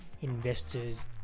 investors